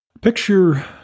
Picture